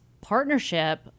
partnership